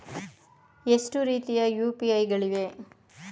ಎಷ್ಟು ರೀತಿಯ ಯು.ಪಿ.ಐ ಗಳಿವೆ?